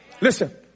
Listen